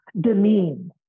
demean